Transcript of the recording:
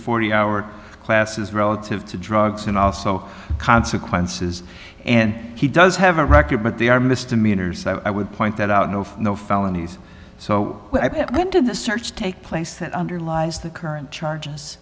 forty hour classes relative to drugs and also consequences and he does have a record but they are misdemeanors i would point that out no no felonies so i went to the search take place that underlies the current charges